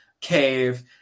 cave